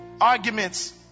arguments